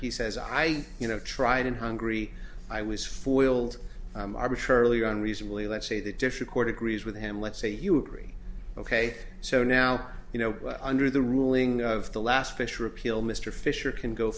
he says i you know tried and hungry i was for will arbitrarily unreasonably let's say that tissue court agrees with him let's say you agree ok so now you know under the ruling of the last fish or appeal mr fisher can go